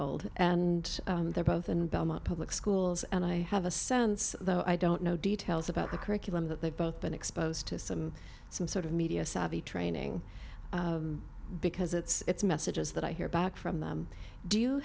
old and they're both in belmont public schools and i have a sense though i don't know details about the curriculum that they've both been exposed to some some sort of media savvy training because it's messages that i hear back from them do you